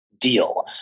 deal